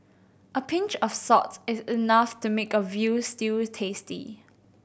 a pinch of salts is enough to make a veal stew tasty